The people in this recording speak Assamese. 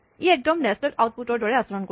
ই একদম নেস্টেড লুপ ৰ দৰে আচৰণ কৰিব